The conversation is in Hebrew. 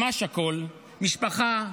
ממש הכול משפחה,